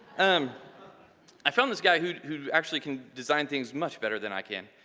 um i found this guy who who actually can design things much better than i can,